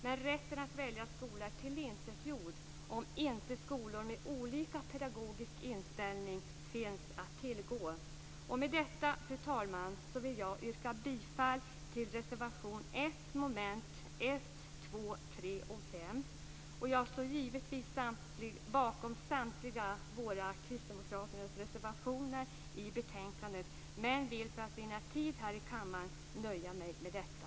Men rätten att välja skola är tillintetgjord om inte skolor med olika pedagogisk inställning finns att tillgå. Med detta, fru talman, vill jag yrka bifall till reservation 1 under mom. 1, 2, 3 och 5. Jag står givetvis bakom samtliga kristdemokraternas reservationer i betänkandet men vill för att vinna tid här i kammaren nöja mig med detta.